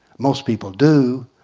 most people do.